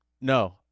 no